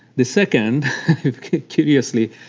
the second curiously,